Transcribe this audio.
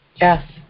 yes